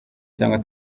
cyangwa